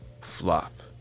flop